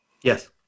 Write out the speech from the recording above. Yes